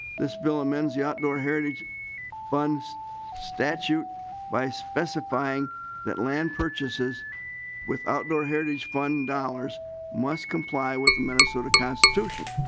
this bill immensely outdoor heritage funds statute by specifying that land purchases with outdoor heritage fund dollars must comply with the minnesota constitution.